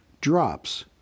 drops